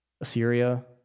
Assyria